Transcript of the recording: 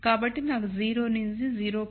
కాబట్టి నాకు 0 నుండి 0